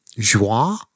joie